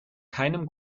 keinem